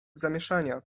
zamieszania